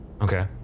Okay